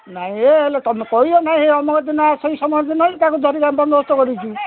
ନାଇଁ ହେଲେ ତୁମେ କହିବ ନାଇଁ ଅମୁକ ଦିନ ଆସ ସମୁକ ଦିନ ତାକୁ ଧରିକି ବନ୍ଦୋବସ୍ତ କରିକି ଯିବୁ